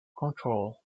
control